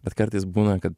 bet kartais būna kad